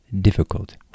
difficult